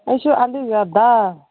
ꯑꯩꯁꯨ ꯑꯥꯜꯂꯨꯒ ꯗꯥꯜ